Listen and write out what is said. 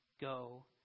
go